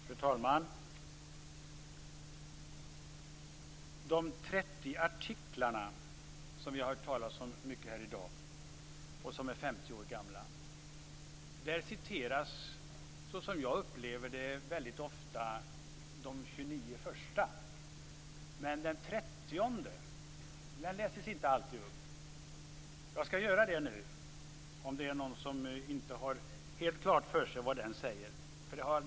Fru talman! Av de 30 artiklar som vi har hört talas mycket om här i dag och som är 50 år gamla citeras, som jag upplever det, väldigt ofta de 29 första. Men den trettionde läses inte alltid upp, men jag skall göra det nu, om det är någon som inte har helt klart för sig vad som sägs i den.